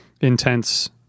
intense